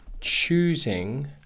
choosing